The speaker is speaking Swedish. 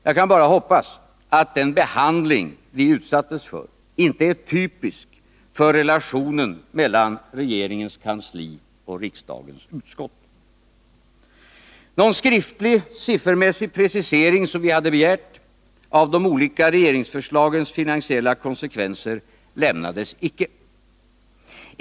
Jag kan bara hoppas att den behandling vi utsattes för inte är typisk för relationen mellan tegeringens kansli och riksdagens utskott. Någon skriftlig, siffermässig precisering av de olika regeringsförslagens finansiella konsekvenser, som vi hade begärt, lämnades inte.